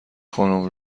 خانم